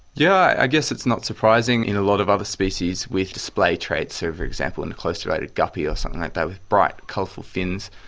yeah i guess it's not surprising in a lot of other species with display traits. so, for example, in a closely related guppy or something like that with bright colourful fins.